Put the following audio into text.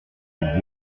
des